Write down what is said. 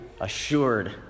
assured